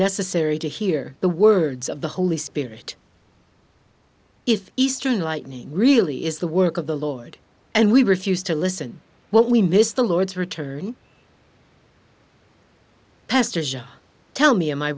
necessary to hear the words of the holy spirit if eastern lightning really is the work of the lord and we refused to listen what we missed the lord's return pesters you tell me